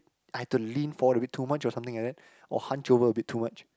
I had to lean forward a bit too much or something like that or hunch over a bit too much